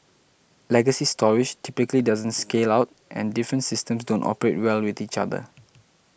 legacy storage typically doesn't scale out and different systems don't operate well with each other